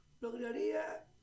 lograría